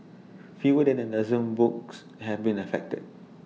fewer than A dozen books have been affected